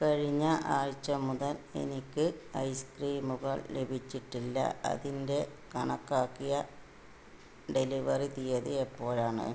കഴിഞ്ഞ ആഴ്ച മുതൽ എനിക്ക് ഐസ്ക്രീമുകൾ ലഭിച്ചിട്ടില്ല അതിൻ്റെ കണക്കാക്കിയ ഡെലിവറി തീയതി എപ്പോഴാണ്